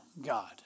God